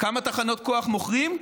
כמה תחנות כוח מוכרים?